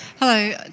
Hello